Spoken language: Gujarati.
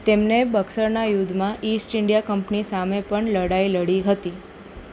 તેમણે બક્સરનાં યુદ્ધમાં ઈસ્ટ ઈન્ડિયા કંપની સામે પણ લડાઈ લડી હતી